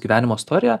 gyvenimo istoriją